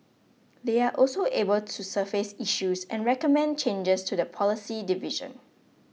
they are also able to surface issues and recommend changes to the policy division